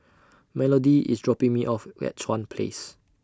Melody IS dropping Me off At Chuan Place